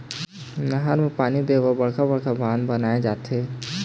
नहर म पानी दे बर बड़का बड़का बांध बनाए जाथे